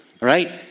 right